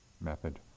method